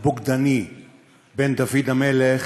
דוד המלך